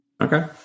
Okay